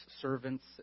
servants